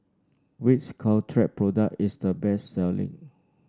which Caltrate product is the best selling